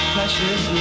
Precious